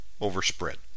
overspread